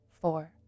four